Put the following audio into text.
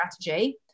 strategy